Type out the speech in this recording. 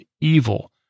evil